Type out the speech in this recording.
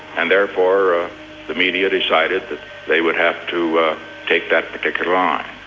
and therefore the media decided that they would have to take that particular line.